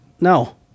no